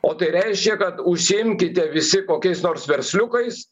o tai reiškia kad užsiimkite visi kokiais nors versliukais